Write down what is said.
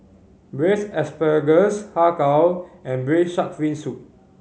Braised Asparagus Har Kow and Braised Shark Fin Soup